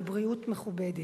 בבריאות מכובדת.